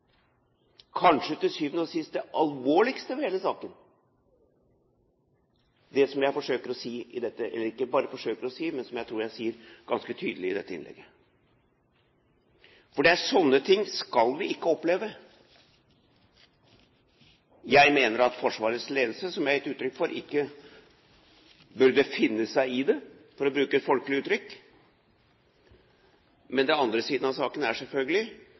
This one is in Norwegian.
kanskje til syvende og sist det alvorligste ved hele saken, som jeg ikke bare forsøker å si, men som jeg tror jeg sier ganske tydelig i dette innlegget. Det er slike ting vi ikke skal oppleve. Jeg mener at Forsvarets ledelse, som jeg har gitt uttrykk for, ikke burde finne seg i det, for å bruke et folkelig uttrykk. Men den andre siden av saken er selvfølgelig